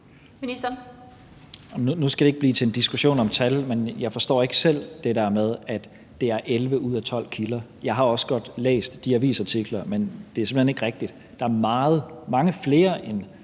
Tesfaye): Nu skal det ikke blive til en diskussion om tal, men jeg forstår ikke selv det der med, at det er 11 ud af 12 kilder. Jeg har også godt læst de avisartikler, men det er simpelt hen ikke rigtigt. Der er mange flere end